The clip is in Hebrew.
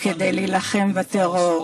שלהם קרסה.